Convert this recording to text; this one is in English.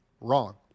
Wrong